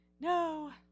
No